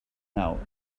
now